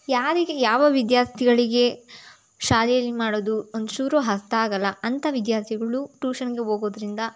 ಯಾರಿಗೆ ಯಾವ ವಿದ್ಯಾರ್ಥಿಗಳಿಗೆ ಶಾಲೆಯಲ್ಲಿ ಮಾಡೋದು ಒಂಚೂರೂ ಅರ್ಥ ಆಗೋಲ್ಲ ಅಂಥ ವಿದ್ಯಾರ್ಥಿಗಳು ಟೂಷನ್ಗೆ ಹೋಗೋದರಿಂದ